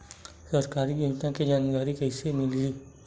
सरकारी योजना के जानकारी कइसे मिलही?